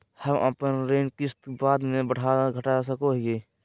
हम अपन ऋण के किस्त बाद में बढ़ा घटा सकई हियइ?